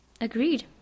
Agreed